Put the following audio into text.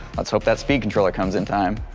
let's hope that speed controller comes in time.